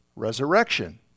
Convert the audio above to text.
Resurrection